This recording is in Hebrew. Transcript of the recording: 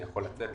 אני יכול לצאת,